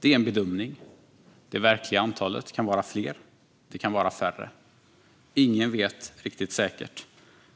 Det är en bedömning; det verkliga antalet kan vara större och det kan vara mindre. Ingen vet riktigt säkert,